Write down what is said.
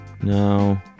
No